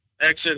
exit